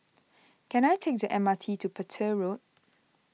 can I take the M R T to Petir Road